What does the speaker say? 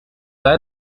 sei